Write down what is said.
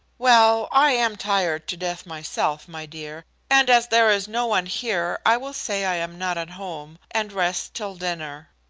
well, i am tired to death myself, my dear, and as there is no one here i will say i am not at home, and rest till dinner.